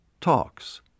Talks